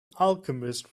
alchemist